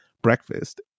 breakfast